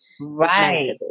Right